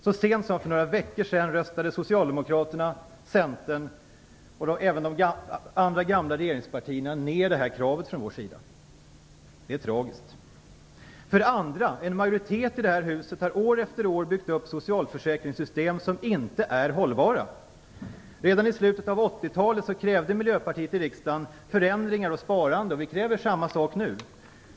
Så sent som för några veckor sedan röstade Socialdemokraterna, Centern och även de andra gamla regeringspartierna ner detta krav från vår sida. Det är tragiskt. För det andra: En majoritet i detta hus har år efter år byggt upp socialförsäkringssystem som inte är hållbara. Redan i slutet av 80-talet krävde Miljöpartiet i riksdagen förändringar och sparande. Vi kräver samma sak nu.